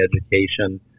education